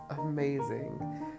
amazing